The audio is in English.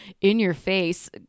in-your-face